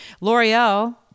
L'Oreal